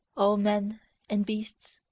all men and beasts,